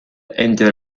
entre